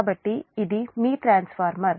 కాబట్టి ఇది మీ ట్రాన్స్ఫార్మర్